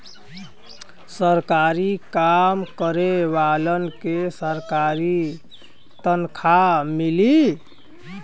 सरकारी काम करे वालन के सरकारी तनखा मिली